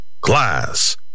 class